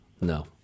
No